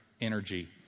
energy